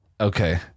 okay